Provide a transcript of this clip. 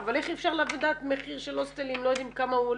--- אבל איך אפשר לדעת מחיר של הוסטל אם לא יודעים כמה הוא עולה.